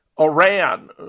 Iran